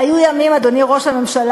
היו ימים, אדוני ראש הממשלה,